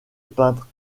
peintre